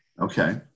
Okay